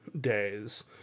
days